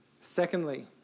Secondly